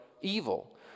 evil